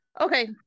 okay